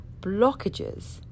blockages